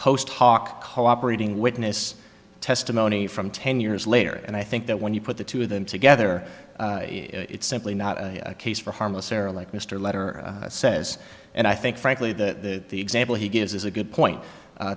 post hoc cooperating witness testimony from ten years later and i think that when you put the two of them together it's simply not a case for harmless error like mr letter says and i think frankly the example he gives is a good point